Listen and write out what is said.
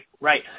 right